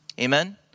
Amen